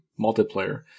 multiplayer